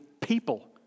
people